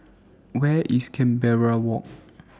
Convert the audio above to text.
Where IS Canberra Walk